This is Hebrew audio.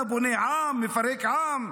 אתה בונה עם, מפרק עם?